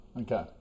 okay